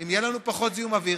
אם יהיה לנו פחות זיהום אוויר?